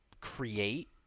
create